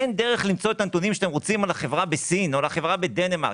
אין דרך למצוא את הנתונים על החברה בסין או על החברה בדנמרק.